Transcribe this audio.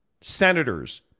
Senators